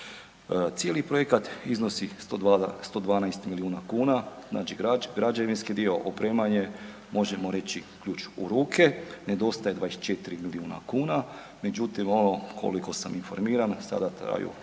Cijeli projekat iznosi 112 milijuna kuna, znači građevinski dio, opremanje, možemo reći ključ u ruke, nedostaje 24 milijuna kuna. Međutim, ono koliko sam informiran sada traju